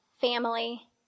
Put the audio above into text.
family